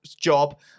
job